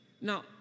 Now